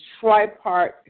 tripart